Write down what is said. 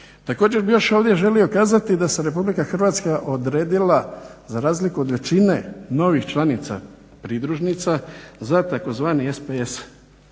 Također bih još ovdje želio kazati da se RH odredila za razliku od većine novih članica pridružnica za tzv. SPS